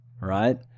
right